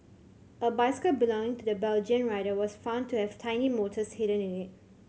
a bicycle belonging to the Belgian rider was found to have tiny motors hidden in it